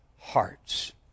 hearts